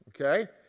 Okay